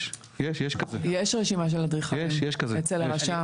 יש רשימה של אדריכלים אצל הרשם.